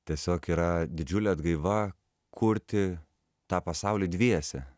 tiesiog yra didžiulė atgaiva kurti tą pasaulį dviese